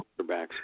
quarterbacks